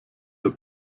der